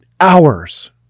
hours